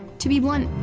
to be blunt,